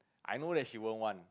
I know that she won't want